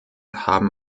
haben